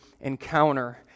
encounter